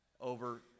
over